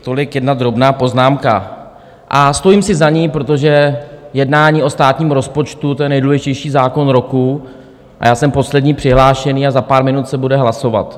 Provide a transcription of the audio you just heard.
Tolik jedna drobná poznámka a stojím si za ní, protože jednání o státním rozpočtu, to je nejdůležitější zákon roku, a já jsem poslední přihlášený a za pár minut se bude hlasovat, ano?